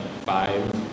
five